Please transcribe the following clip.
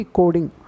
coding